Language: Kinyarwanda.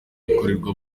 bikorerwa